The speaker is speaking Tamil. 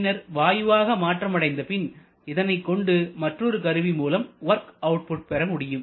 பின்னர் வாயுவாக மாற்றம் அடைந்தபின் இதனைக் கொண்டு மற்றொரு கருவி மூலம் வொர்க் அவுட்புட் பெறமுடியும்